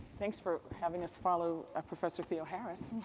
thanks for having us follow ah professor theoharis.